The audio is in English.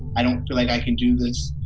i don't feel like i can do this.